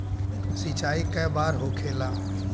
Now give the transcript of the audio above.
सिंचाई के बार होखेला?